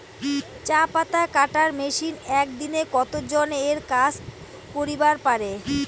চা পাতা কাটার মেশিন এক দিনে কতজন এর কাজ করিবার পারে?